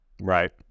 Right